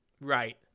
Right